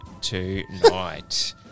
tonight